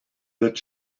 that